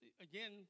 again